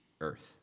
earth